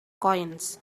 coins